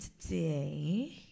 today